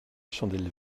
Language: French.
chandelle